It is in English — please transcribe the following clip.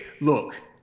look